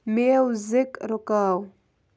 music رُکاو